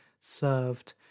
served